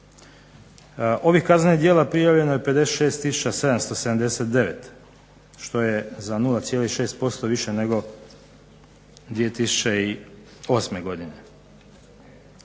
Ovih kaznenih djela prijavljeno je 56 tisuća 779, što je za 0,6% više nego 2008. godine.